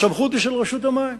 הסמכות היא של רשות המים.